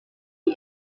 the